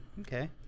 Okay